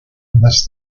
unless